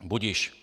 Budiž.